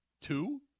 two